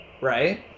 Right